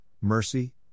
mercy